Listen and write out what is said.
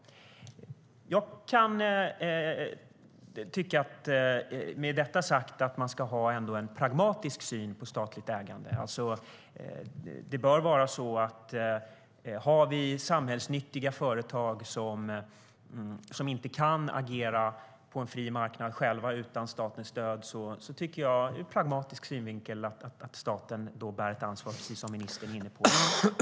Med detta sagt kan jag tycka att man ändå ska ha en pragmatisk syn på statligt ägande. Om vi har samhällsnyttiga företag som inte kan agera själva på en fri marknad utan statens stöd tycker jag att staten ska bära ett ansvar, precis som ministern var inne på.